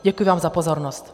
Děkuji vám za pozornost.